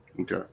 Okay